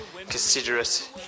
considerate